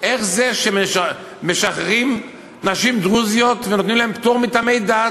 איך זה שמשחררים נשים דרוזיות ונותנים להן פטור מטעמי דת?